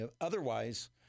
Otherwise